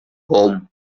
home